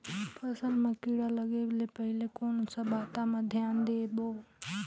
फसल मां किड़ा लगे ले पहले कोन सा बाता मां धियान देबो?